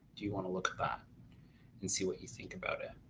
do you want to look at that and see what you think about it?